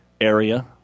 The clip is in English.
area